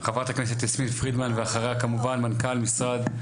חברת הכנסת יסמין פרידמן ואחריה כמובן מנכ"ל משרד.